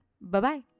Bye-bye